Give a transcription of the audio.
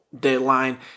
deadline